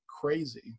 crazy